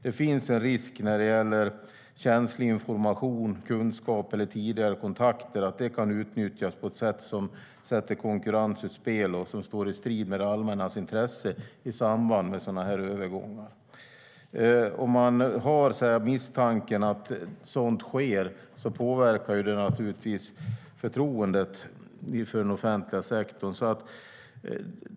Det finns en risk att känslig information, kunskap eller tidigare kontakter kan utnyttjas på ett sätt som sätter konkurrensen ur spel och står i strid med det allmännas intresse i samband med sådana här övergångar. Om man har misstanken att sådant sker påverkar det naturligtvis förtroendet för den offentliga sektorn.